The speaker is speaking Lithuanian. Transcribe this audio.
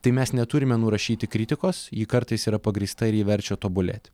tai mes neturime nurašyti kritikos ji kartais yra pagrįsta ir ji verčia tobulėti